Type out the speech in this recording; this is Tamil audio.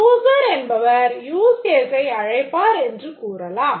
user என்பவர் use case ஐ அழைப்பார் என்றும் கூறலாம்